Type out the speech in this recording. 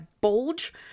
bulge